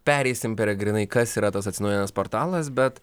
pereisime peregrinai kas yra tas atsinaujinęs portalas bet